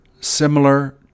similar